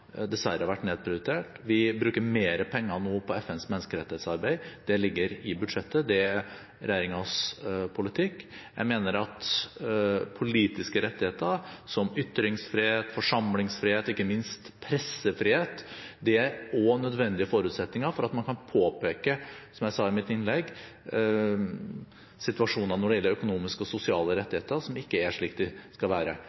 dessverre har vært nedprioritert. Vi bruker mer penger nå på FNs menneskerettighetsarbeid. Det ligger i budsjettet. Det er regjeringens politikk. Jeg mener at politiske rettigheter, som ytringsfrihet, forsamlingsfrihet og ikke minst pressefrihet, også er nødvendige forutsetninger for at man kan påpeke, som jeg sa i mitt innlegg, situasjoner når det gjelder økonomiske og sosiale rettigheter som ikke er slik de skal være.